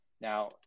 Now